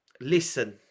Listen